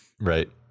Right